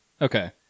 okay